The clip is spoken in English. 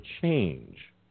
change